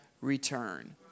return